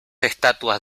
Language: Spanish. estatuas